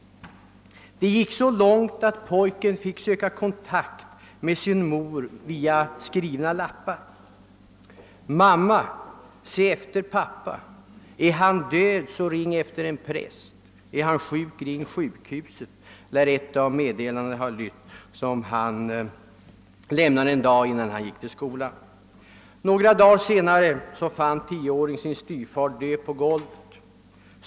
Det gick så långt att pojken fick söka kontakt med sin mor via skrivna lappar. »Mamma. Se efter pappa! Är han död, så ring efter en präst. är han sjuk, ring sjukhuset.» — Så lär ett av de meddelanden ha lytt som han lämnade på morgonen när han gick till skolan. Några dagar senare fann tioåringen sin styvfar död på golvet.